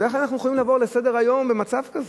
איך אנחנו יכולים לעבור לסדר-היום במצב כזה?